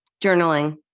Journaling